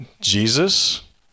jesus